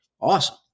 Awesome